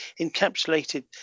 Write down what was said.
encapsulated